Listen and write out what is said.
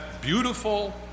beautiful